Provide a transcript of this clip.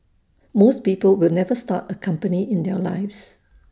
most people will never start A company in their lives